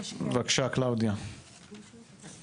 קלאודיה, בבקשה.